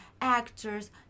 actors